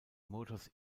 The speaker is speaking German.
motors